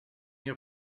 your